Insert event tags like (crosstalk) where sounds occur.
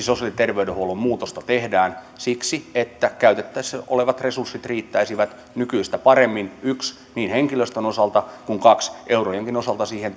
(unintelligible) sosiaali ja terveydenhuollon muutosta tehdään siksi että käytettävissä olevat resurssit riittäisivät nykyistä paremmin niin henkilöstön osalta kuin eurojenkin osalta siihen (unintelligible)